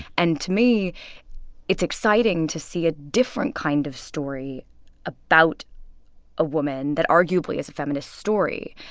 and to me it's exciting to see a different kind of story about a woman that arguably is a feminist story,